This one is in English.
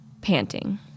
panting